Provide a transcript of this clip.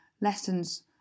lessons